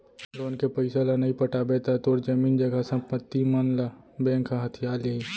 loan के पइसा ल नइ पटाबे त तोर जमीन जघा संपत्ति मन ल बेंक ह हथिया लिही